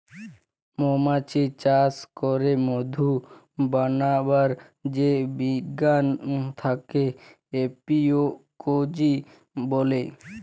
মমাছি চাস ক্যরে মধু বানাবার যে বিজ্ঞান থাক্যে এপিওলোজি ব্যলে